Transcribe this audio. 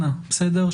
אנא בסדר?